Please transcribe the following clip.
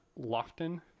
Lofton